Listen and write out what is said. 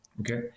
Okay